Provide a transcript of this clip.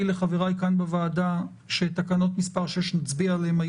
לחבריי כאן בוועדה שנצביע על תקנות מס' 6 היום,